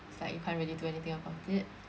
it's like you can't really do anything about it